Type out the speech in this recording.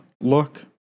look